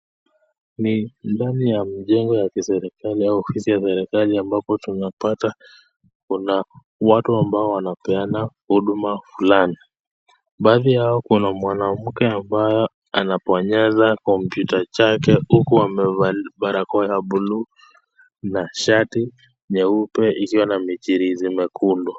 Ni ndani ya mjengo ya kiserikali au ofisi ya serikali ambapo tunapata kuna watu ambao wanapeana huduma fulani, baadhi yao kuna mwanamke ambaye anabonyeza kompyuta chake huku amevalia barakoa ya blue na shati nyeupe iliyo na michirizi mwekundu.